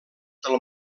del